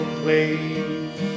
place